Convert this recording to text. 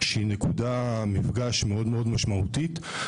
שהיא נקודת מפגש מאוד משמעותית.